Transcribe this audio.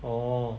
orh